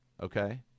okay